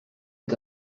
est